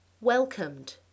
Welcomed